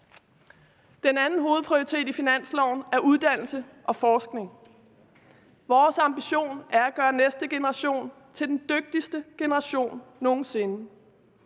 Den anden hovedprioritet i finansloven er uddannelse og forskning. Vores ambition er at gøre næste generation til den dygtigste generation nogen sinde.